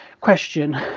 Question